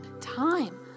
time